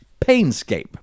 Painscape